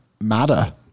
matter